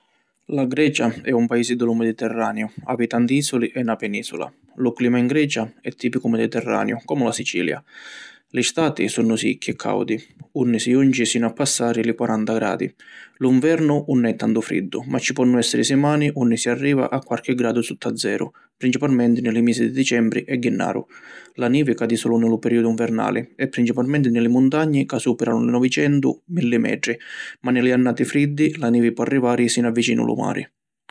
La Grecia è un paisi di lu Mediterraneu, havi tanti isuli e na penisula. Lu clima in Grecia è tipicu mediterraneu, comu la Sicilia. Li stati sunnu sicchi e caudi unni si junci sinu a passari li quaranta gradi. Lu nvernu ‘un è tantu friddu ma ci ponnu essiri simani unni si arriva a quarchi gradu sutta zeru, principalmenti ni li misi di dicembri e jinnaru. La nivi cadi sulu ni lu periodu nvernali e principalmenti ni li muntagni ca superanu li novicentu - milli metri ma ni li annati friddi, la nivi pò arrivari sinu a vicinu lu mari.